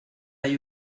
hay